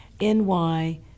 NY